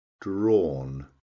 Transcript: drawn